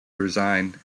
resign